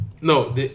No